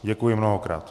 Děkuji mnohokrát.